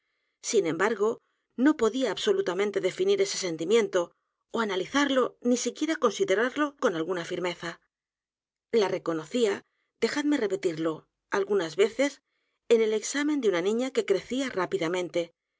sin embargo no podía absolutamente definir ese sentimiento ó analizarlo ni siquiera considerarlo con alguna firmeza la reconocía dejadme repetirlo algunas veces en el examen de una niña que crecía